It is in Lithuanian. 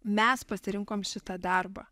mes pasirinkom šitą darbą